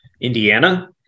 Indiana